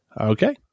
Okay